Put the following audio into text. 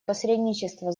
посредничества